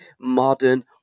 modern